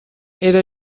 era